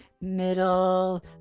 middle